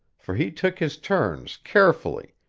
for he took his turns carefully,